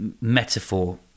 metaphor